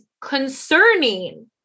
concerning